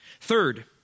Third